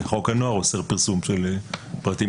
חוק הנוער אוסר פרסום של פרטים כאלה.